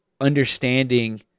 understanding